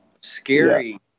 scary